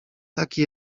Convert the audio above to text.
taki